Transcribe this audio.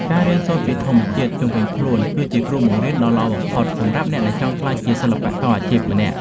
ការរៀនសូត្រពីធម្មជាតិជុំវិញខ្លួនគឺជាគ្រូបង្រៀនដ៏ល្អបំផុតសម្រាប់អ្នកដែលចង់ក្លាយជាសិល្បករអាជីពម្នាក់។